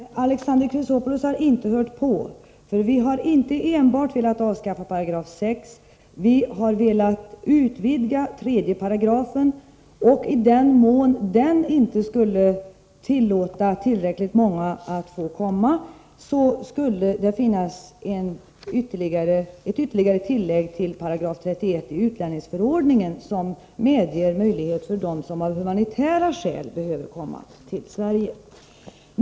Herr talman! Alexander Chrisopoulos har inte hört på, för vi har inte enbart velat avskaffa 6 §. Vi har velat utvidga 3 §, och i den mån den inte skulle tillåta tillräckligt många att komma skulle det finnas ett ytterligare tillägg till 31 § utlänningsförordningen som medger rätt för dem som av humanitära skäl behöver det att komma till Sverige.